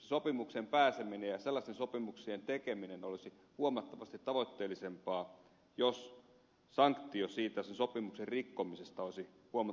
sopimukseen pääseminen ja sellaisten sopimuksien tekeminen olisi huomattavasti tavoitteellisempaa jos sanktio sen sopimuksen rikkomisesta olisi huomattavasti kovempi